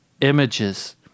images